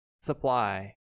supply